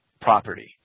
property